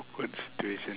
awkward situation